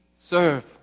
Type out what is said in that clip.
serve